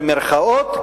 במירכאות,